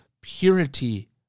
purity